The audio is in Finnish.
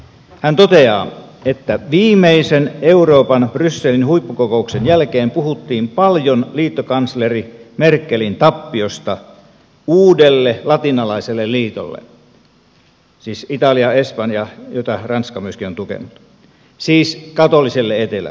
hän toteaa että viimeisen euroopan brysselin huippukokouksen jälkeen puhuttiin paljon liittokansleri merkelin tappiosta uudelle latinalaiselle liitolle siis italia espanja jota ranska on myöskin tukenut siis katoliselle etelälle